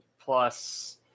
plus